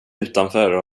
utanför